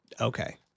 Okay